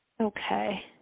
Okay